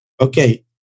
okay